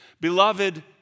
Beloved